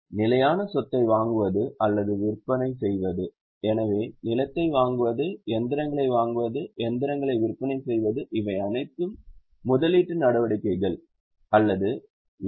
நிலையான சொத்தை வாங்குவது அல்லது விற்பனை செய்வது எனவே நிலத்தை வாங்குவது இயந்திரங்களை வாங்குவது இயந்திரங்களை விற்பனை செய்வது இவை அனைத்தும் முதலீட்டு நடவடிக்கைகள் அல்லது எஃப்